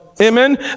Amen